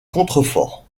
contreforts